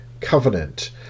Covenant